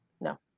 No